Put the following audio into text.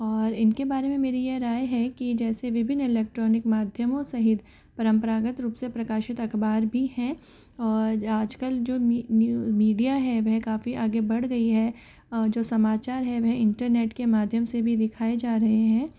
और इनके बारे में मेरी यह राय है कि जैसे विभिन्न इलेक्ट्रॉनिक माध्यमों सहित परम्परागत रूप से प्रकाशित अखबार भी हैं और आजकल जो न्यू मीडिया है वह काफ़ी आगे बड़ गई है जो समाचार है वह इंटरनेट के माध्यम से भी दिखाए जा रहे हैं